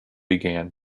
began